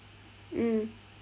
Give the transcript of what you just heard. mm